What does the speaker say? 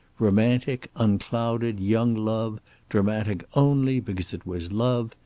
romantic, unclouded young love dramatic only because it was love,